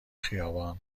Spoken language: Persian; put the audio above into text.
خیابان